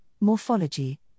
morphology